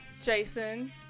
Jason